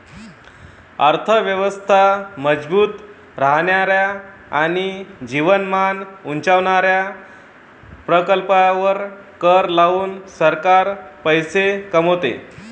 अर्थ व्यवस्था मजबूत करणाऱ्या आणि जीवनमान उंचावणाऱ्या प्रकल्पांवर कर लावून सरकार पैसे कमवते